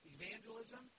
Evangelism